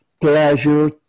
Pleasure